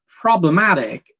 problematic